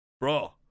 bro